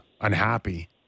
unhappy